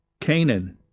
Canaan